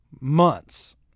months